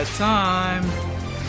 time